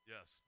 Yes